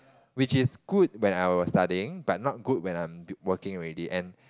which is good when I was studying but not good when I am working already and